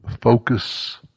focus